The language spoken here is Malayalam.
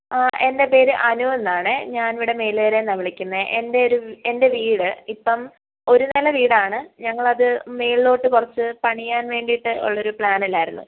എൻ്റെ പേര് അനു എന്നാണ് ഞാൻ ഇവിടെ മേല് കരേന്നാണ് വിളിക്കുന്നത് എൻ്റെ ഒരു എൻ്റെ വീട് ഇപ്പം ഒരു നീല വീടാണ് ഞങ്ങളത് മുകളിലോട്ട് കുറച്ച് പണിയാൻ വേണ്ടീട്ട് ഉള്ളൊരു പ്ലാനിലായിരുന്നു